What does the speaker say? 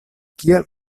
kial